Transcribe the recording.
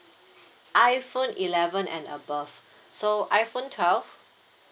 iPhone eleven and above so iPhone twelve